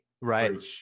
right